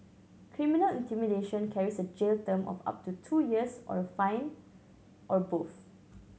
criminal intimidation carries a jail term of up to two years or a fine or both